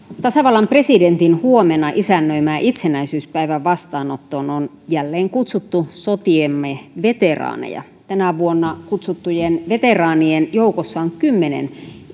tasavallan presidentin huomenna isännöimään itsenäisyyspäivän vastaanottoon on jälleen kutsuttu sotiemme veteraaneja tänä vuonna kutsuttujen veteraanien joukossa on kymmenen